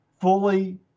fully